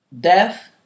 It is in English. death